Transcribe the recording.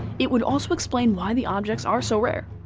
it would also explain why the objects are so rare.